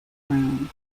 round